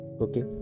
okay